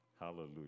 Hallelujah